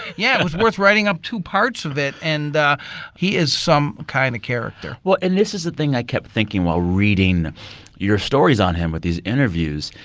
yeah, it was worth writing up two parts of it. and he is some kind of character well, and this is the thing i kept thinking while reading your stories on him with these interviews.